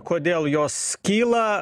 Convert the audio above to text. kodėl jos kyla